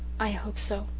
i hope so.